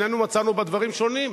שנינו מצאנו בה דברים שונים.